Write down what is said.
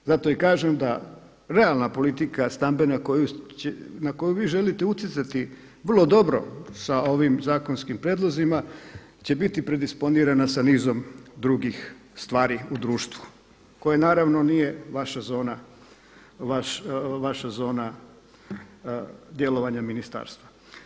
Zato i kažem da realna politika stabilna na koju vi želite utjecati vrlo dobro sa ovim zakonskim prijedlozima će biti predinspodirana sa nizom drugih stvari u društvu koje naravno nije vaša zona djelovanja ministarstva.